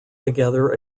together